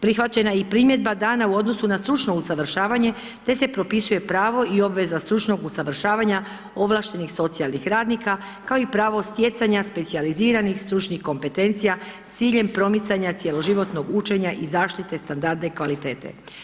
Prihvaćena je i primjedba dana u odnosu na stručno usavršavanje, te se propisuje pravo i obveza stručnog usavršavanja ovlaštenih socijalnih radnika, kao i pravo stjecanja specijaliziranih stručnih kompetencija s ciljem promicanja cjeloživotnog učenja i zaštite standarda i kvalitete.